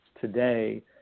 today